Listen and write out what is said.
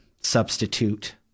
substitute